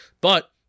But-